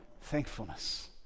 Thankfulness